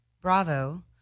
Bravo